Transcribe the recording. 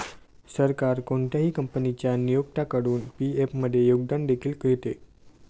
सरकार कोणत्याही कंपनीच्या नियोक्त्याकडून पी.एफ मध्ये योगदान देखील घेते